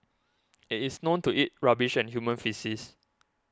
it is known to eat rubbish and human faeces